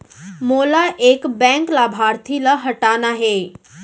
मोला एक बैंक लाभार्थी ल हटाना हे?